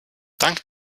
dank